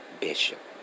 Bishop